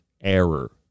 error